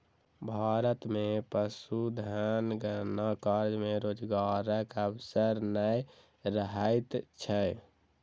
भारत मे पशुधन गणना कार्य मे रोजगारक अवसर नै रहैत छै